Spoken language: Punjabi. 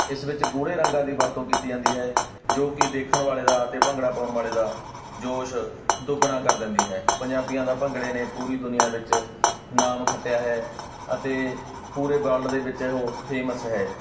ਇਸ ਵਿੱਚ ਗੂੜ੍ਹੇ ਰੰਗਾਂ ਦੀ ਵਰਤੋਂ ਕੀਤੀ ਜਾਂਦੀ ਹੈ ਜੋ ਕਿ ਦੇਖਣ ਵਾਲੇ ਦਾ ਅਤੇ ਭੰਗੜਾ ਪਾਉਣ ਵਾਲੇ ਦਾ ਜੋਸ਼ ਦੁੱਗਣਾ ਕਰ ਦਿੰਦੀ ਹੈ ਪੰਜਾਬੀਆਂ ਦਾ ਭੰਗੜੇ ਨੇ ਪੂਰੀ ਦੁਨੀਆਂ ਵਿੱਚ ਨਾਮ ਖੱਟਿਆ ਹੈ ਅਤੇ ਪੂਰੇ ਵਰਲਡ ਦੇ ਵਿੱਚ ਉਹ ਫੇਮਸ ਹੈ